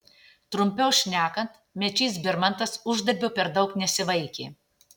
trumpiau šnekant mečys birmantas uždarbio per daug nesivaikė